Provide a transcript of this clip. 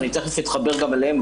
ואני תיכף אתחבר גם אליהם.